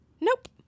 nope